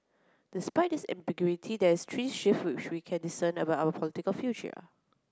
despite this ambiguity there are three shifts which we can discern about our political future